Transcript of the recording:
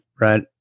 Right